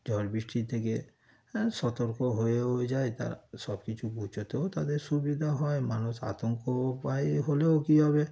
ঝড় বৃষ্টির থেকে সতর্ক হয়েও যায় তারা সব কিছু গোছাতেও তাদের সুবিধা হয় মানুষ আতঙ্ক উপায় হলেও কী হবে